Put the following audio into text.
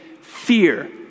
fear